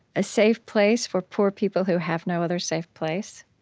a safe place for poor people who have no other safe place,